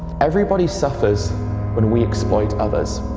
everybody suffers when we exploit others.